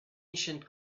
ancient